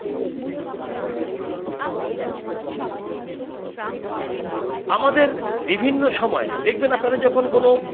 আমাদের বিভিন্ন সময়ে দেখবেন আপনারা যখন কোনও